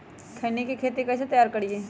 खैनी के खेत कइसे तैयार करिए?